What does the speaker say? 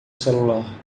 celular